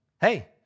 hey